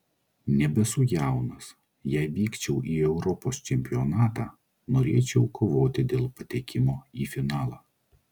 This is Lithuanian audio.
nebesu jaunas jei vykčiau į europos čempionatą norėčiau kovoti dėl patekimo į finalą